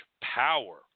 power